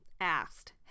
asked